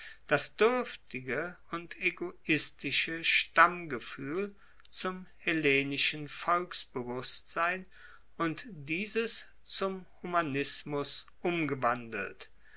das duerftige und egoistische stammgefuehl zum hellenischen volksbewusstsein und dieses zum humanismus umgewandelt